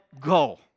go